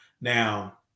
Now